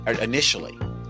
initially